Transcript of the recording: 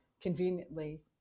conveniently